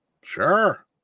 Sure